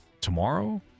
tomorrow